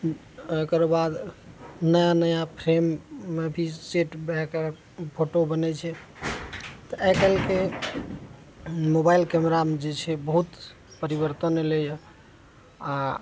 की एकर बाद नया नया फ्रेममे भी सेट भए कए फोटो बनय छै तऽ आइकाल्हिके मोबाइल कैमरामे जे छै बहुत परिवर्तन अयलय यऽ आओर